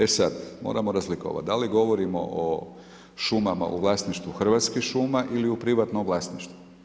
E sad, moramo razlikovati da li govorimo o šumama u vlasništvu Hrvatskih šuma ili o privatnom vlasništvu.